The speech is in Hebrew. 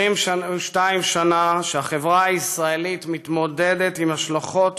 22 שנה שהחברה הישראלית מתמודדת עם השלכות